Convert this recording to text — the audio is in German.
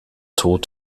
tod